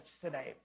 today